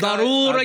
מה